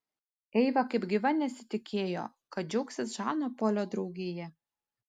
eiva kaip gyva nesitikėjo kad džiaugsis žano polio draugija